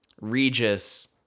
Regis